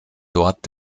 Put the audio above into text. dort